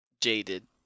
jaded